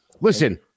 Listen